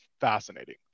fascinating